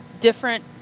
different